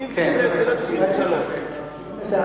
86 זה לא 93. בסדר.